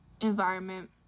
environment